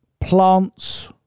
plants